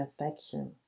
affection